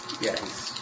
Yes